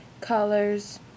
colors